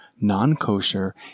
non-kosher